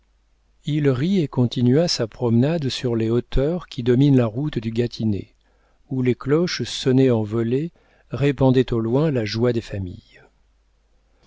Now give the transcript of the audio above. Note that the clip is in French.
il rit et continua sa promenade sur les hauteurs qui dominent la route du gâtinais où les cloches sonnées en volée répandaient au loin la joie des familles